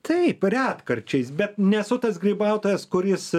taip retkarčiais bet nesu tas grybautojas kuris